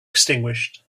extinguished